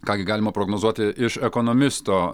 ką gi galima prognozuoti iš ekonomisto